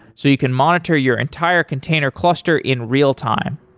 so you can monitor your entire container cluster in real-time.